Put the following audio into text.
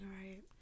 Right